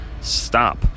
stop